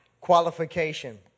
qualification